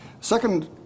Second